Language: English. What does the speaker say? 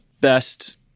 best